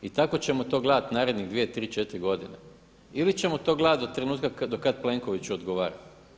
I tako ćemo to gledati narednih 2,3,4 godine ili ćemo to gledati do trenutka do kada Plenkoviću odgovara.